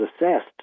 assessed